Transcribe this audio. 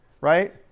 Right